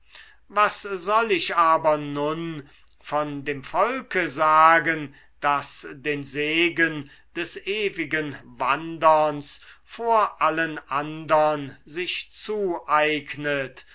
was soll ich aber nun von dem volke sagen das den segen des ewigen wanderns vor allen andern sich zueignet